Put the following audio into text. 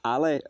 Ale